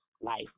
life